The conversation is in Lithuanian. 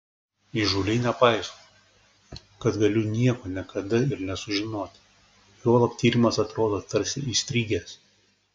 įžūliai nepaisau kad galiu nieko niekada ir nesužinoti juolab tyrimas atrodo tarsi įstrigęs